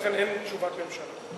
לכן אין תשובת ממשלה.